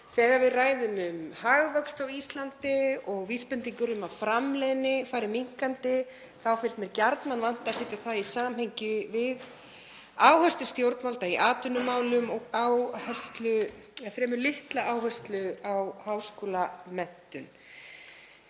Þegar við ræðum um hagvöxt á Íslandi og vísbendingar um að framleiðni fari minnkandi þá finnst mér gjarnan vanta að setja það í samhengi við áherslur stjórnvalda í atvinnumálum og fremur litla áherslu á háskólamenntun.